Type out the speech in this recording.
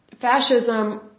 Fascism